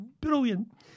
brilliant